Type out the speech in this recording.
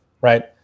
right